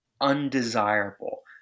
undesirable